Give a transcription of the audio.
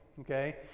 okay